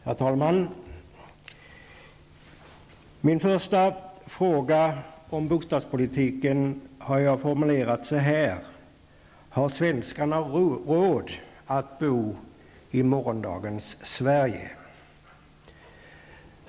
Herr talman! Min första fråga om bostadspolitiken har jag formulerat så här: Har svenskarna råd att bo i morgondagens Sverige?